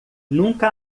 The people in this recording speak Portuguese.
nunca